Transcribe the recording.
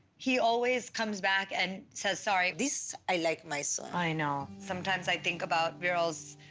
he always comes back and says sorry. this, i like my son. i know. sometimes i think about veeral, so